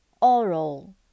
Oral